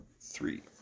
three